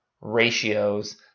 ratios